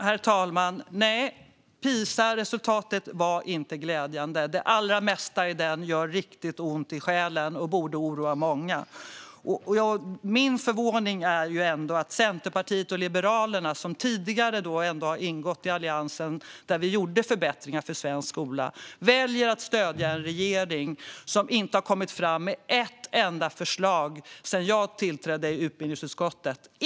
Herr talman! Nej, PISA-resultatet var inte glädjande. Det allra mesta i den gör riktigt ont i själen och borde oroa många. Det förvånar mig att Centerpartiet och Liberalerna, som tidigare ändå har ingått i Alliansen där vi gjorde förbättringar för svensk skola, väljer att stödja en regering som inte har kommit fram med ett enda förslag sedan jag tillträdde i utbildningsutskottet.